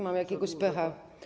Mam jakiegoś pecha.